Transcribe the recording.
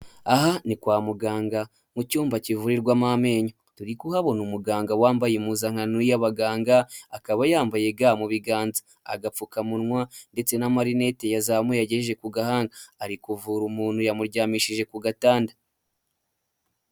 Aha ni kwa muganga mu cyumba kivurirwamo amenyo. Turi kuhabona umuganga wambaye impuzankano y'abaganga, akaba yambaye ga mu biganza, agapfukamunwa ndetse n'amarinete yazamuye yagejeje ku gahanga, ari kuvura umuntu yamuryamishije ku gatanda.